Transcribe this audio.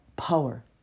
power